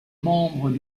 membre